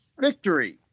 Victory